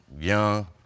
young